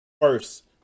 first